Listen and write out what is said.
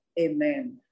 Amen